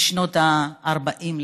בשנות ה-40.